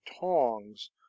tongs